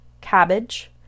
cabbage